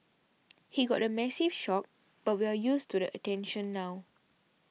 he got a massive shock but we're used to the attention now